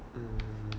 mmhmm